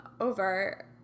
over